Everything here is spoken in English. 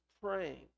praying